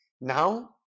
now